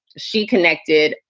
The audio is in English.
she connected.